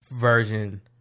version